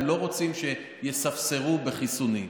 הם לא רוצים שיספסרו בחיסונים,